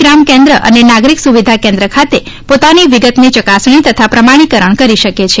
ગ્રામ કેન્દ્ર નાગરિક સુવિધા કેન્દ્ર ખાતે પોતાની વિગતની ચકાસણી તથા પ્રમાણિકરણ કરી શકે છે